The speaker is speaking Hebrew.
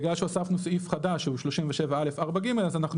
בגלל שהוספנו סעיף חדש סעיף 37א4ג אז אנחנו